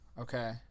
Okay